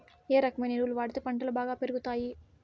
ఏ రకమైన ఎరువులు వాడితే పంటలు బాగా పెరుగుతాయి?